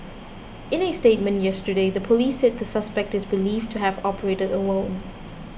in a statement yesterday the police said the suspect is believed to have operated alone